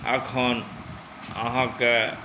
एखन अहाँके